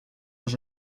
d’un